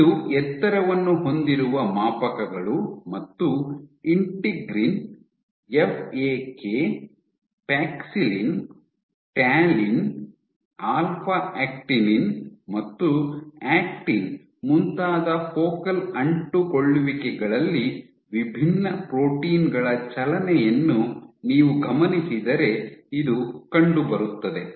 ಇದು ಎತ್ತರವನ್ನು ಹೊಂದಿರುವ ಮಾಪಕಗಳು ಮತ್ತು integrin FAK paxillin talin alpha actinin ಮತ್ತು ಆಕ್ಟಿನ್ ಮುಂತಾದ ಫೋಕಲ್ ಅಂಟಿಕೊಳ್ಳುವಿಕೆಗಳಲ್ಲಿ ವಿಭಿನ್ನ ಪ್ರೋಟೀನ್ ಗಳ ಚಲನೆಯನ್ನು ನೀವು ಗಮನಿಸಿದರೆ ಇದು ಕಂಡುಬರುತ್ತದೆ